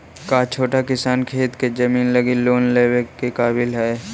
का छोटा किसान खेती के जमीन लगी लोन लेवे के काबिल हई?